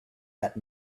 that